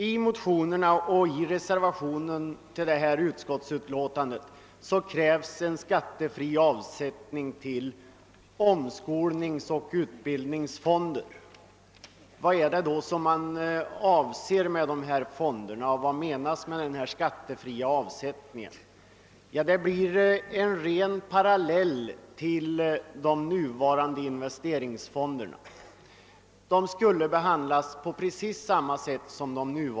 I motionerna och i reservationen till utskottets betänkande krävs möjligheter till skattefri avsättning till omskolningsoch utbildningsfonder. Vad avses då med dessa fonder, och vad menas med den skattefria avsättningen? Detta är en parallell till de nuvarande investeringsfonderna och skall därför behandlas på precis samma sätt som de.